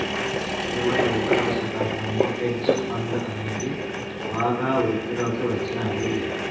ఇరవై ఒకటవ శతాబ్దంలో హెడ్జ్ ఫండ్ అనేది బాగా వృద్ధిలోకి వచ్చినాది